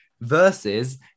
versus